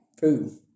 food